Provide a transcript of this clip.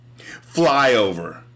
Flyover